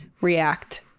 react